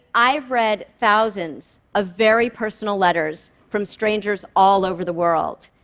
i've read thousands of very personal letters from strangers all over the world.